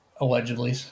Allegedly